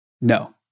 No